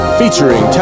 featuring